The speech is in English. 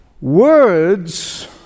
Words